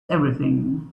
everything